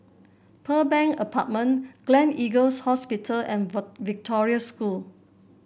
Pearl Bank Apartment Gleneagles Hospital and Victoria School